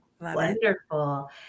Wonderful